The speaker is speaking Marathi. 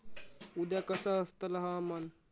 उद्या कसा आसतला हवामान?